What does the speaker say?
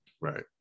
Right